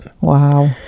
Wow